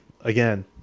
again